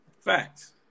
Facts